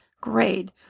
grade